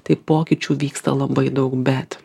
tai pokyčių vyksta labai daug bet